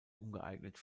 ungeeignet